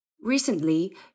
Recently